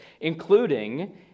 including